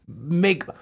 make